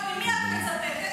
ממי את מצטטת?